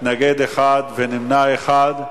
מתנגד אחד ונמנע אחד.